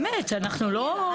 באמת, אנחנו לא.